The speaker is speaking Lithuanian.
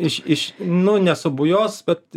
iš iš nu nesubujos bet